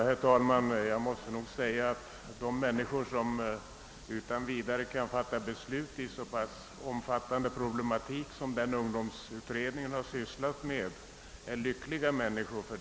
Herr talman! Jag måste säga att de människor som utan vidare kan fatta beslut i en så omfattande problematik som den ungdomsutredningen har sysslat med är lyckliga människor.